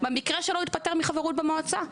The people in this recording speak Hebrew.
במקרה שלו הוא התפטר מחברות במועצה.